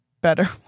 better